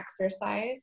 exercise